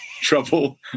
trouble